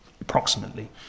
approximately